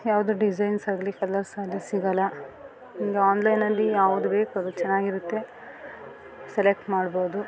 ಯಾವುದು ಡಿಸೈನ್ಸ್ ಆಗಲೀ ಕಲರ್ಸ್ ಆಗಲೀ ಸಿಗೋಲ್ಲ ಒಂದು ಆನ್ಲೈನಲ್ಲಿ ಯಾವ್ದು ಬೇಕು ಅದು ಚೆನ್ನಾಗಿರುತ್ತೆ ಸೆಲೆಕ್ಟ್ ಮಾಡ್ಬೋದು